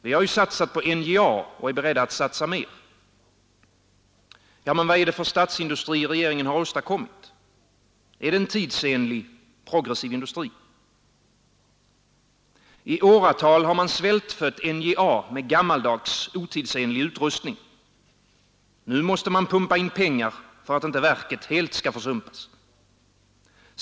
Vi har ju satsat på NJA och är beredda att satsa mer. Ja, men vad är det för statsindustri regeringen har åstadkommit? Är det en Allmänna pensionstidsenlig, progressiv industri? fondens förvaltning, I åratal har man svältfött NJA med gammaldags, otidsenlig utrustning. Nu måste man pumpa in pengar för att inte verket helt skall försumpas.